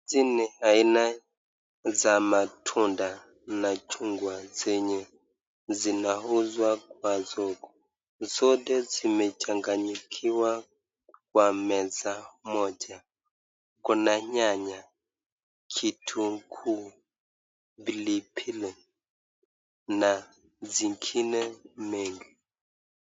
Hizi ni aina za matunda ,machungwa zenye zinauzwa kwa soko. Zote zimechanganyikiwa kwa meza moja .Kuna nyanya, kitunguu, pilipili na zingine mengi.